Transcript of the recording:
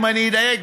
ואם אני אדייק,